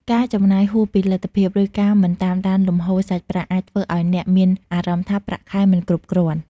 ការចំណាយហួសពីលទ្ធភាព ឬការមិនតាមដានលំហូរសាច់ប្រាក់ អាចធ្វើឲ្យអ្នកមានអារម្មណ៍ថាប្រាក់ខែមិនគ្រប់គ្រាន់។